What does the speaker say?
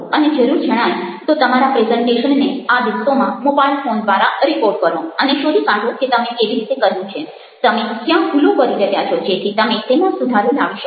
અને જરૂર જણાય તો તમારા પ્રેઝન્ટેશનને આ દિવસોમાં મોબાઇલ ફોન દ્વારા રિકોર્ડ કરો અને શોધી કાઢો કે તમે કેવી રીતે કર્યું છે તમે ક્યાં ભૂલો કરી રહ્યા છો જેથી તમે તેમાં સુધારો લાવી શકો